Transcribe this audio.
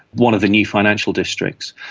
one of the new financial districts,